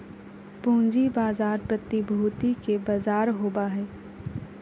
पूँजी बाजार प्रतिभूति के बजार होबा हइ